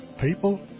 people